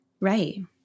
Right